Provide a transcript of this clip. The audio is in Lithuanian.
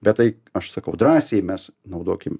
bet tai aš sakau drąsiai mes naudokim